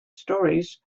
stories